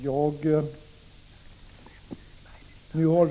Fru talman!